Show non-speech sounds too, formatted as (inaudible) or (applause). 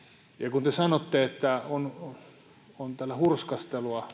kun te sanotte että on on täällä hurskastelua (unintelligible)